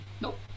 Nope